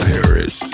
Paris